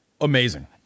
Amazing